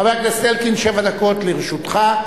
חבר הכנסת אלקין, שבע דקות לרשותך.